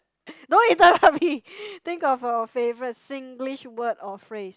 don't interrupt me think of a favourite Singlish word or phrase